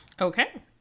Okay